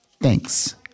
Thanks